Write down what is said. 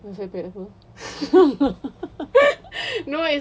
welfare pack apa